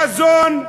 חזון,